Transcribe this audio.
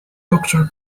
doctor